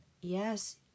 yes